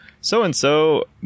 so-and-so